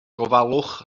gofalwch